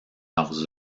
leurs